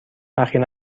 اخیرا